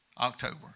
October